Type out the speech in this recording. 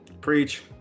Preach